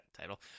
Title